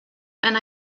and